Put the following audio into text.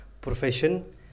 profession